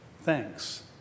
Thanks